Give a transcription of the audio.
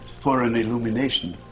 for an illumination.